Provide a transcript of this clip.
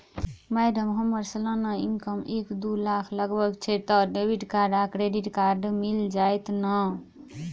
Madam हम्मर सलाना income एक दु लाख लगभग छैय तऽ डेबिट कार्ड आ क्रेडिट कार्ड मिल जतैई नै?